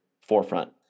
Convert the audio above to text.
forefront